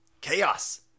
Chaos